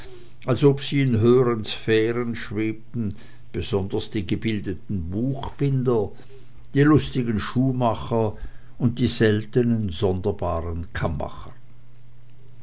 als ob sie in höherer sphären schwebten besonders die gebildeten buchbinder die lustigen schuhmacher und die seltnen sonderbaren